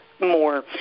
more